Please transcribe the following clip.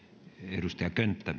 arvoisa